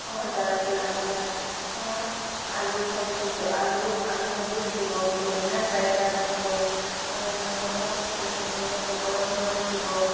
তাৰপৰা আপোনাৰ আলু চবজিটো আলু আলু ভাজি থাকিব বেঙেনা ফ্ৰাই কৰা থাকিব ৰঙলাউ বেচনৰ লগত পকোৰা বনোৱা থাকিব